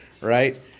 right